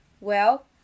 Well